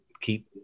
keep